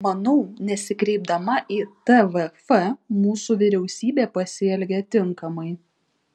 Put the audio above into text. manau nesikreipdama į tvf mūsų vyriausybė pasielgė tinkamai